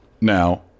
now